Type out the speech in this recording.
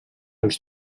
als